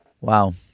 Wow